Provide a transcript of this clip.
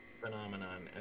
phenomenon